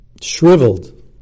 shriveled